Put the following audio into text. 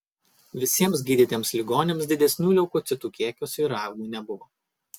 visiems gydytiems ligoniams didesnių leukocitų kiekio svyravimų nebuvo